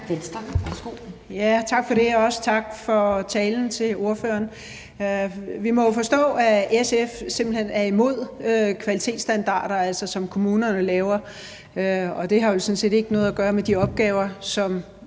Tak for det, og også tak til ordføreren for talen. Vi må jo forstå, at SF simpelt hen er imod kvalitetsstandarder, som kommunerne laver. Og det har vel sådan set ikke noget at gøre med de opgaver, som